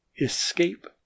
Escape